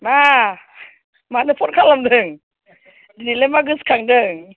मा मानो फन खालामदों दिनैलाय मा गोसोखांदों